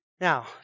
Now